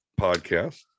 podcast